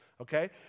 Okay